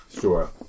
Sure